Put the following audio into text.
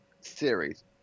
series